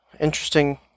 interesting